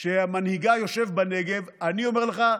שמנהיגה יושב בנגב, אני אומר לך,